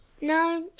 No